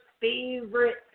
favorite